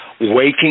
waking